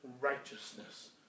righteousness